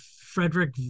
Frederick